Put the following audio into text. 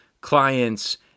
clients